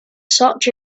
such